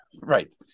Right